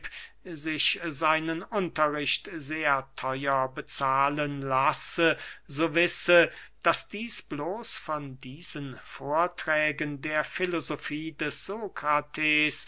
sich seinen unterricht sehr theuer bezahlen lasse so wisse daß dieß bloß von diesen vorträgen der filosofie des